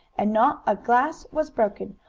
and not a glass was broken,